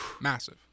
Massive